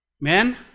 Men